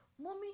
Mommy